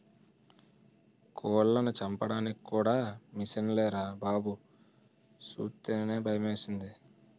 కోళ్లను చంపడానికి కూడా మిసన్లేరా బాబూ సూస్తేనే భయమేసింది